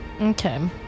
okay